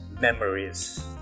memories